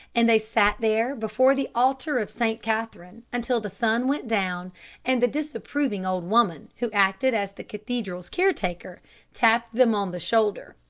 and they sat there before the altar of st. catherine until the sun went down and the disapproving old woman who acted as the cathedral's caretaker tapped them on the shoulder.